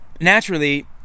naturally